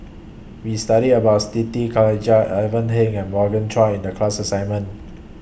We studied about Siti Khalijah Ivan Heng and Morgan Chua in The class assignment